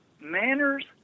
Manners